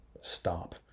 stop